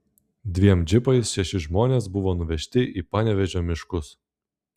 dviem džipais šeši žmonės buvo nuvežti į panevėžio miškus